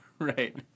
Right